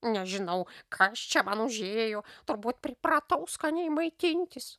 nežinau kas čia man užėjo turbūt pripratau skaniai maitintis